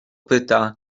pyta